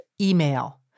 email